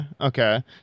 okay